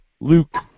Luke